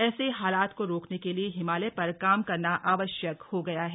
ऐसे हालात को रोकने के लिए हिमालय पर काम करना आवश्यक हो गया है